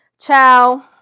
Ciao